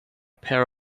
pair